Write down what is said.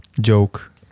joke